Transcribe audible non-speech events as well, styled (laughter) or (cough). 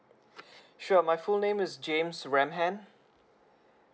(breath) sure my full name is james ram ham